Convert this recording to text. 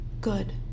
Good